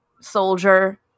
soldier